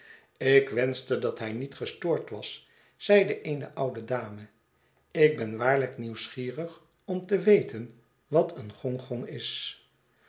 ik wenschte dat hij niet gestoord was zeide eene oude dame ik ben waarlijk nieuwsgierig om te weten wat een gong gong is